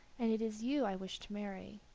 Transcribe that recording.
and it is you i wish to marry.